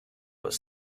was